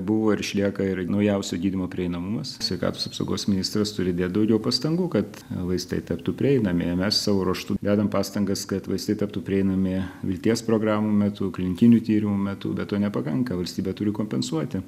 buvo ir išlieka ir naujausio gydymo prieinamumas sveikatos apsaugos ministras turi dėt daugiau pastangų kad vaistai taptų prieinami mes savo ruožtu dedam pastangas kad vaistai taptų prieinami vilties programų metu klinikinių tyrimų metu bet to nepakanka valstybė turi kompensuoti